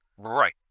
Right